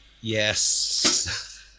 yes